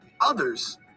Others